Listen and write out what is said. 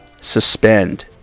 suspend